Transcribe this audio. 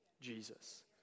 Jesus